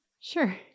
Sure